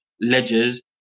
ledgers